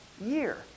year